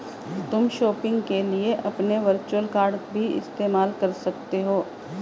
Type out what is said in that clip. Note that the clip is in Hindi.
तुम शॉपिंग के लिए अपने वर्चुअल कॉर्ड भी इस्तेमाल कर सकते हो